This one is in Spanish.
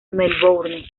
melbourne